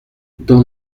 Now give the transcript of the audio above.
dans